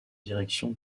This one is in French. direction